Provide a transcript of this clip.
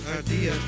idea